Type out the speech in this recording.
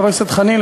חבר הכנסת חנין,